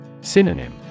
Synonym